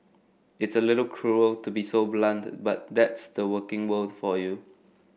it's a little cruel to be so blunt but that's the working world for you